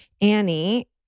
Annie